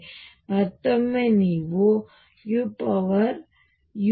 ಆದ್ದರಿಂದ ಮತ್ತೊಮ್ಮೆ ನೀವು ui1uirui ಮಾಡಿ